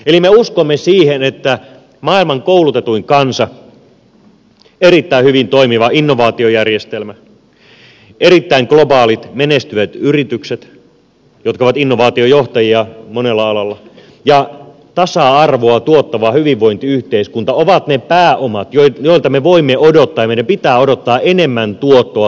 eli me uskomme siihen että maailman koulutetuin kansa erittäin hyvin toimiva innovaatiojärjestelmä erittäin globaalit menestyvät yritykset jotka ovat innovaatiojohtajia monella alalla ja tasa arvoa tuottava hyvinvointiyhteiskunta ovat ne pääomat joilta me voimme odottaa ja meidän pitää odottaa enemmän tuottoa tulevina vuosina